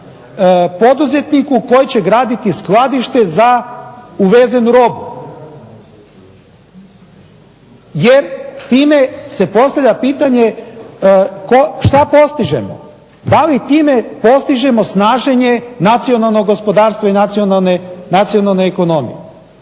poduzetniku koji će graditi skladište za uvezenu robu, jer time se postavlja pitanje što postižemo. Da li time postižemo snaženje nacionalnog gospodarstva i nacionalne ekonomije?